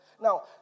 now